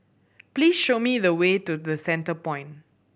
please show me the way to The Centrepoint